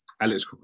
alex